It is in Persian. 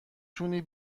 تونی